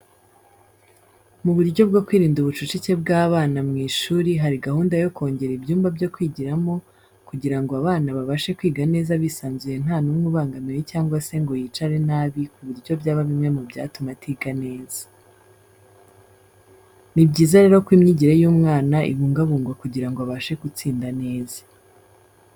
Mu buryo bwo kwirinda ubucucike bw'abana mu ishuri hari gahunda yo kongera ibyumba byo kwigiramo kugira ngo abana babashe kwiga neza bisanzuye nta numwe ubangamiwe cyangwa se ngo yicare nabi ku buryo byaba bimwe mu byatuma atiga neza. Ni byiza rero ko imyigire y'umwana ibungabungwa kugira ngo abashe gutsinda neza.